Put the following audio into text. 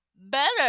better